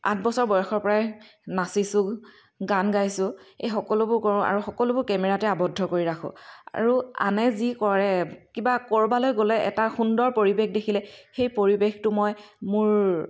আঠ বছৰ বয়সৰ পৰাই নাচিছোঁ গান গাইছোঁ এই সকলোবোৰ কৰোঁ আৰু সকলোবোৰ কেমেৰাতে আবদ্ধ কৰি ৰাখো আৰু আনে যি কৰে কিবা ক'ৰবালৈ গ'লে এটা সুন্দৰ পৰিৱেশ দেখিলে সেই পৰিৱেশটো মই মোৰ